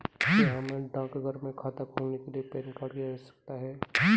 क्या हमें डाकघर में खाता खोलने के लिए पैन कार्ड की आवश्यकता है?